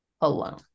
alone